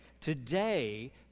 Today